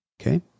Okay